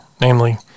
namely